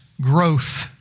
growth